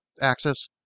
axis